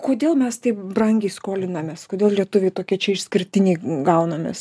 kodėl mes taip brangiai skolinamės kodėl lietuviai tokie išskirtiniai gaunamės